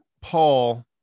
Paul